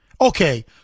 Okay